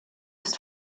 ist